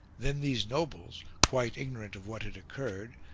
then these nobles, quite ignorant of what had occurred,